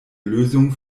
lösungen